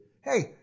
Hey